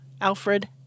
Alfred